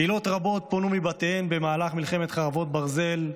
קהילות רבות פונו מבתיהן במהלך מלחמת חרבות ברזל,